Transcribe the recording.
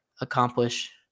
accomplish